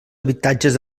habitatges